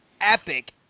epic